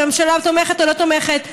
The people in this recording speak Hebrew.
אם הממשלה תומכת או לא תומכת,